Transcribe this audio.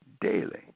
daily